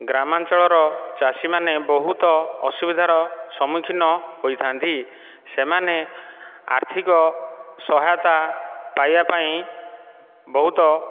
ଗ୍ରାମାଞ୍ଚଳର ଚାଷୀମାନେ ବହୁତ ଅସୁବିଧାର ସମ୍ମୁଖୀନ ହୋଇଥାନ୍ତି ସେମାନେ ଆର୍ଥିକ ସହାୟତା ପାଇବା ପାଇଁ ବହୁତ